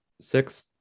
six